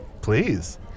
Please